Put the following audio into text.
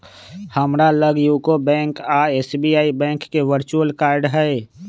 हमरा लग यूको बैंक आऽ एस.बी.आई बैंक के वर्चुअल कार्ड हइ